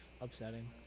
upsetting